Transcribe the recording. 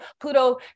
Pluto